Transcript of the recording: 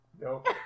Nope